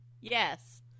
yes